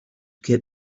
kid